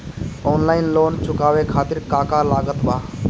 Online loan चुकावे खातिर का का लागत बा?